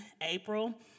April